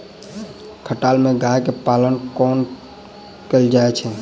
खटाल मे गाय केँ पालन कोना कैल जाय छै?